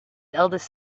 eldest